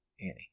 Annie